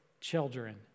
children